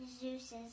Zeus's